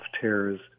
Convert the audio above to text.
tears